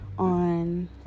on